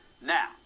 Now